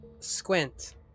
squint